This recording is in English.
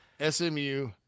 SMU